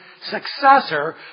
successor